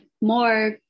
more